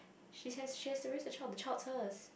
she has she has to raise the child the child's hers